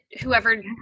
whoever